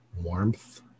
warmth